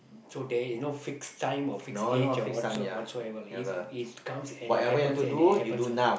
so there is no fix time or fix age what so what so ever lah it comes and it happens when it happens lah